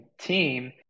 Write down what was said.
team